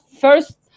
first